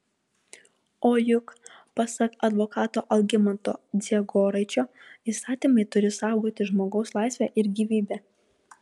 o juk pasak advokato algimanto dziegoraičio įstatymai turi saugoti žmogaus laisvę ir gyvybę